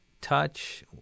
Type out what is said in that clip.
touch